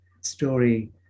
story